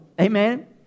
Amen